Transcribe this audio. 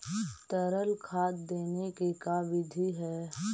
तरल खाद देने के का बिधि है?